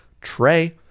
Trey